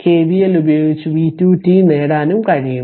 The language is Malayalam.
KVL ഉപയോഗിച്ച് v 2t നേടാനും കഴിയും